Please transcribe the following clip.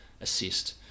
assist